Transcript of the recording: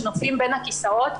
שנופלים בין הכיסאות,